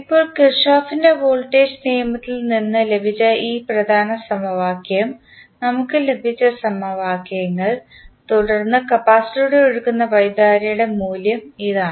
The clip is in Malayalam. ഇപ്പോൾ കിർചോഫിൻറെ വോൾട്ടേജ് നിയമത്തിൽ നിന്ന് ലഭിച്ച ഈ പ്രധാന സമവാക്യം നമുക്ക് ലഭിച്ച സമവാക്യങ്ങൾ തുടർന്ന് കപ്പാസിറ്ററിലൂടെ ഒഴുകുന്ന വൈദ്യുതധാരയുടെ മൂല്യം ഇതാണ്